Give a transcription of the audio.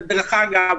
ודרך אגב,